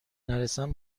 نرسم